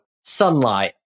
sunlight